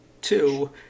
Two